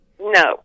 No